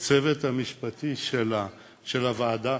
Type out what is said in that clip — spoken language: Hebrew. לצוות המשפטי של הוועדה,